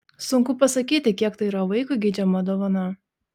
sunku pasakyti kiek tai yra vaikui geidžiama dovana